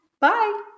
bye